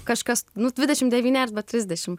kažkas nu dvidešim devyni arba trisdešim